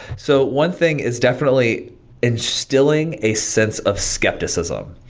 so one thing is definitely instilling a sense of skepticism.